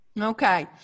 Okay